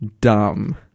dumb